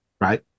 Right